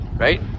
Right